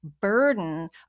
burden